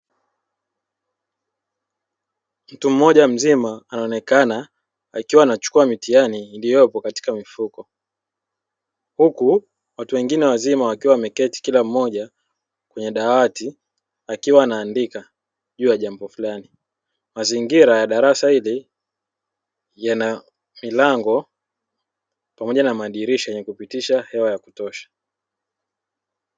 Mtu mmoja mzima anaonekana akiwa anachukuwa mitihani iliyopo katika mfuko. Huku watu wengine wazima wakiwa wameketi kila mmoja kwenye dawati akiwa anaandika juu ya jambo fulani, mazingira ya darasa hili yana milango pamoja na madirisha ya kupitisha hewa ya kutosha.